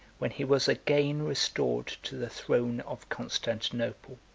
when he was again restored to the throne of constantinople.